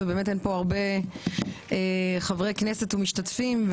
היות ובאמת אין כאן הרבה חברי כנסת ומשתתפים,